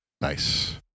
Nice